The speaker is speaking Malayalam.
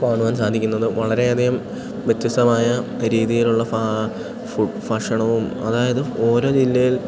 കാണുവാൻ സാധിക്കുന്നത് വളരെയധികം വ്യത്യസ്തമായ രീതിയിലുള്ള ഫ ഭക്ഷണവും അതായത് ഓരോ ജില്ലയിൽ